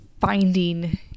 finding